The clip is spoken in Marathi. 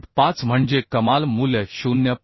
5 म्हणजे कमाल मूल्य 0